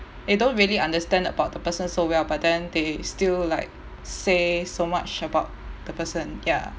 they don't really understand about the person so well but then they still like say so much about the person ya